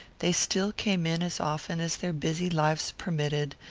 they still came in as often as their busy lives permitted,